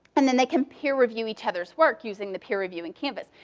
and then they can peer review each other's work using the peer review in canvas.